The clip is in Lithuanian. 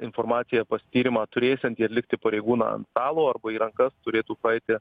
informacija pas tyrimą turėsiantį atlikti pareigūną ant stalo arba į rankas turėtų praeiti